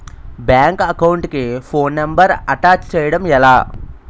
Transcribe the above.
Bank account కి phone number attach చేయడం ఎలా?